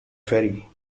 ferry